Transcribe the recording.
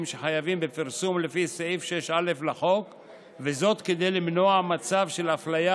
שחייבים בפרסום לפי סעיף 6א לחוק כדי למנוע מצב של אפליה